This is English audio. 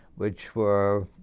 which were